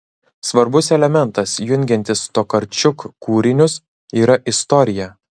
svarbus elementas jungiantis tokarčuk kūrinius yra istorija